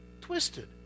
Twisted